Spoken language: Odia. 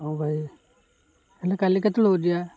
ହଉ ଭାଇ ତାହେଲେ କାଲି କେତେବେଳକୁ ଯିବା